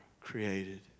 created